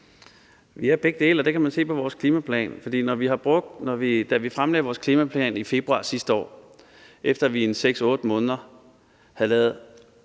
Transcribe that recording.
Vi er begge dele, og det kan man se på vores klimaplan. Vi fremlagde vores klimaplan i februar sidste år, efter vi i 6-8 måneder havde